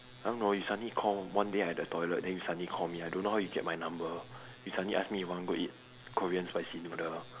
I don't know you suddenly call one day I at the toilet then you suddenly call me I don't know how you get my number you suddenly ask me want go eat korean spicy noodle